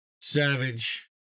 Savage